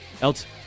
else